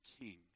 king